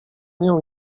nią